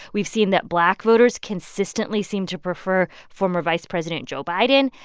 we've seen that black voters consistently seem to prefer former vice president joe biden.